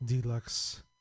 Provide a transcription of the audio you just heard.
deluxe